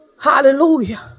Hallelujah